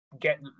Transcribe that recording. get